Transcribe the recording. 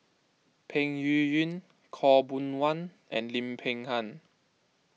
Peng Yuyun Khaw Boon Wan and Lim Peng Han